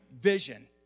vision